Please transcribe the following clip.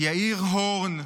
יאיר הורן,